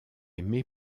aimé